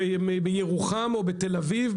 מירוחם או מתל אביב,